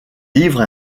livre